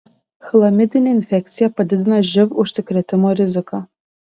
chlamidinė infekcija padidina živ užsikrėtimo riziką